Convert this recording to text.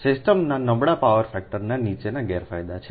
સિસ્ટમના નબળા પાવર ફેક્ટરને નીચેના ગેરફાયદા છે